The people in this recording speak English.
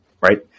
right